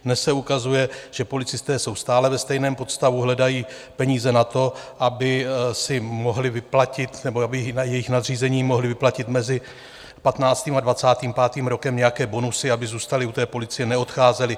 Dnes se ukazuje, že policisté jsou stále ve stejném podstavu, hledají peníze na to, aby si mohli vyplatit nebo aby jejich nadřízení mohli vyplatit mezi 15. a 25. rokem nějaké bonusy, aby zůstali u policie a neodcházeli.